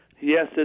Yes